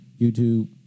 YouTube